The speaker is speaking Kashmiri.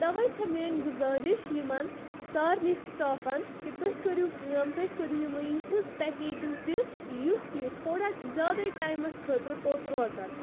تَوَے چھَ میٲنۍ گُزٲرِش یِمَن سارنٕے سٹافَن کہِ تُہۍ کٔرِو کٲم تُہۍ کٔرِو یِمَے یِہٕنٛز پیکیجِنٛگ تِژھ کہِ یُس یہِ تھوڑا زیادَے ٹایمَس خٲطرٕ توٚت روزَن